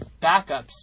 backups